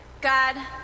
God